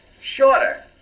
shorter